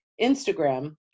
Instagram